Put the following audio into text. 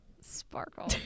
Sparkle